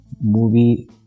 movie